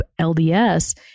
LDS